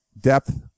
depth